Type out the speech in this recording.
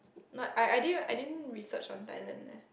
not I I didn't I didn't research on Thailand leh